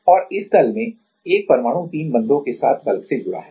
और इस तल में 1 परमाणु तीन बंधों के साथ बल्क से जुड़ा है